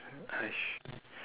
!hais!